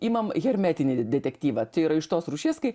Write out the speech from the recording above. imam hermetinį detektyvą tai yra iš tos rūšies kai